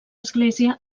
església